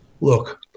Look